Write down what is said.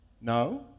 No